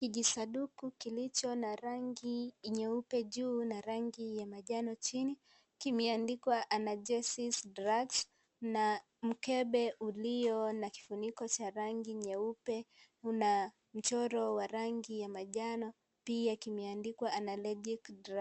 Kijisanduku kilicho na rangi nyeupe juu na rangi ya manjano chini kimeandikwa anajesis drugs na mkebe ulio na kifuniko cha rangi nyeupe una mchoro wa rangi ya manjano. Pia kiameandikwa unalergic drugs .